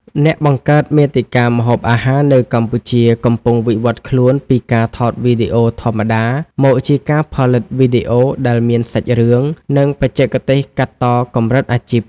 អ្នកបង្កើតមាតិកាម្ហូបអាហារនៅកម្ពុជាកំពុងវិវត្តខ្លួនពីការថតវីដេអូធម្មតា មកជាការផលិតវីដេអូដែលមានសាច់រឿង និងបច្ចេកទេសកាត់តកម្រិតអាជីព។